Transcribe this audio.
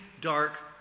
dark